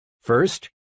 first